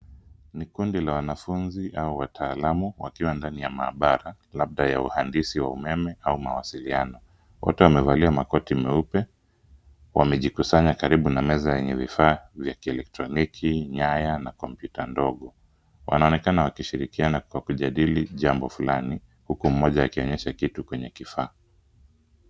Ni kundi la wanafunzi au wataalamu wakiwa ndani ya maabara, labda ya uandisi wa umeme au mawasiliano, wote wamevalia makoti meupe. Wamejikusanya karibu na meza yenye vifaa vya kieletroniki, nyaya, na kompyuta ndogo. Wanaonekana wakishirikiana kwa kujadili jambo fulani, huku mmoja akionyesha kitu kwenye kifaa.